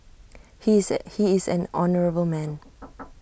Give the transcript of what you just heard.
he is an he is an honourable man